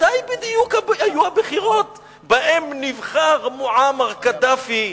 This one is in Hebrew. מתי בדיוק היו הבחירות שבהן נבחר מועמר קדאפי,